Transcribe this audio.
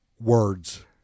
words